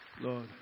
Lord